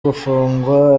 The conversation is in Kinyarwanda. gufungwa